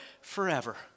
forever